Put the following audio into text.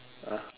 ah